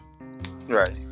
Right